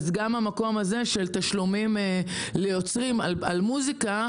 אז גם המקום הזה של תשלומים של יוצרים על מוזיקה,